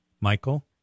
Michael